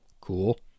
cool